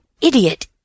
idiot